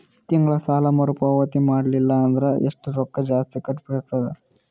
ತಿಂಗಳ ಸಾಲಾ ಮರು ಪಾವತಿ ಮಾಡಲಿಲ್ಲ ಅಂದರ ಎಷ್ಟ ರೊಕ್ಕ ಜಾಸ್ತಿ ಕಟ್ಟಬೇಕಾಗತದ?